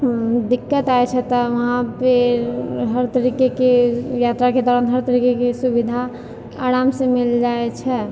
दिक्कत आइछै तऽ वहाँ पर हर तरीकेके यात्राके दौरान हर तरीकेके सुविधा आरामसे मिल जाइत छै